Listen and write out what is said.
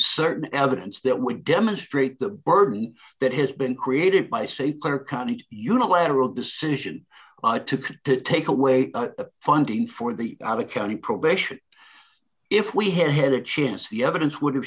certain evidence that would demonstrate the burden that has been created by say a clear cut and unilateral decision i took to take away a funding for the out of county probation if we had had a chance the evidence would have